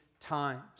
times